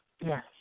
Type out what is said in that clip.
yes